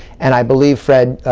and i believe, fred,